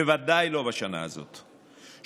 בוודאי לא בשנה הזאת.